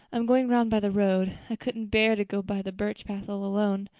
i'm going round by the road. i couldn't bear to go by the birch path all alone.